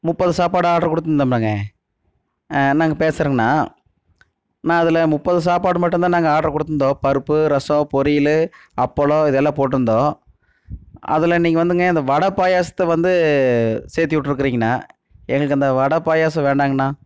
முப்பது சாப்பாடு ஆடர் கொடுத்துருந்தோல்லங்க நாங்கள் பேசுறோங்கண்ணா அண்ணா அதில் முப்பது சாப்பாடு மட்டுந்தான் நாங்கள் ஆடர் கொடுத்துருந்தோம் பருப்பு ரசம் பொரியல் அப்பளம் இதையெல்லாம் போட்டிருந்தோம் அதில் நீங்கள் வந்துங்க இந்த வடை பாயசத்தை வந்து சேர்த்தி விட்ருக்குறீங்ண்ணா எங்களுக்கு அந்த வடை பாயாசம் வேண்டாங்கண்ணா